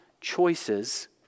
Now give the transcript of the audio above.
choices